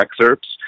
excerpts